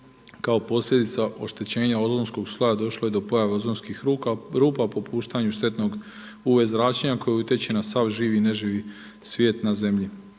Kao posljedica oštećenja ozonskog sloja došlo je do pojave ozonskim rupa, popuštanju štetnog UV zračenja koje utječe na sav živi i neživi svijet na zemlji.